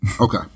Okay